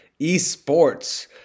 esports